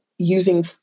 using